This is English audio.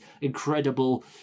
incredible